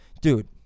Dude